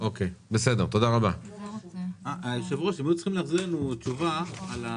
והשכרות הרכב והן יצטרכו לגבות את הכסף.